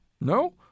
No